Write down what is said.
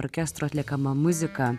orkestro atliekama muzika